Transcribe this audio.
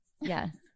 Yes